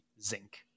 zinc